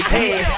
Hey